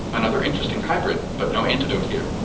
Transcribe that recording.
another interesting hybrid, but no antidote here.